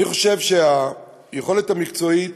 אני חושב שהיכולת המקצועית